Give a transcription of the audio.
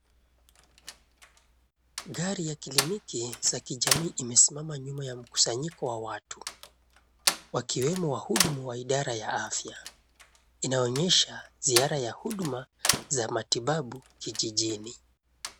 Gari ya kiliniki za kijamii imesimama nyuma ya mkusanyiko wa watu wakiwemo wahudumu wa idara ya afya. Inaonyesha ziara ya huduma za matibabu kijijini.